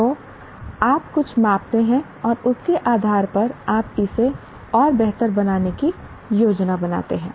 तो आप कुछ मापते हैं और उसके आधार पर आप इसे और बेहतर बनाने की योजना बनाते हैं